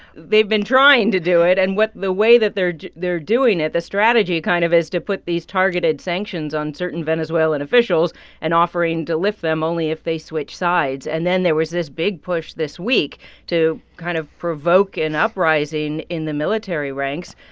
they've been trying to do it. and what the way that they're they're doing it, the strategy kind of is to put these targeted sanctions on certain venezuelan officials and offering to lift them only if they switch sides. and then there was this big push this week to kind of provoke an uprising in the military ranks.